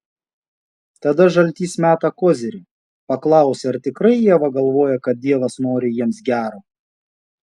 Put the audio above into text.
tada žaltys meta kozirį paklausia ar tikrai ieva galvoja kad dievas nori jiems gero